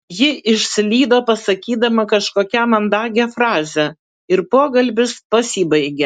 ji išslydo pasakydama kažkokią mandagią frazę ir pokalbis pasibaigė